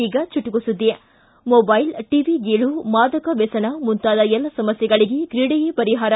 ಈಗ ಚುಟುಕು ಸುದ್ದಿ ಮೊದ್ದೆಲ್ ಟವಿ ಗೀಳು ಮಾದಕ ವ್ಚಸನ ಮುಂತಾದ ಎಲ್ಲ ಸಮಸ್ಟೆಗಳಿಗೆ ಕ್ರೀಡೆಯೇ ಪರಿಹಾರ